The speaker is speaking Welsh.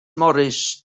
morris